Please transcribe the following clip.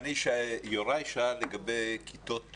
יוראי שאל לגבי כיתות